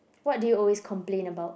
what do you always complain about